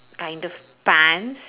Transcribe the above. kind of pants